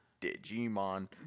Digimon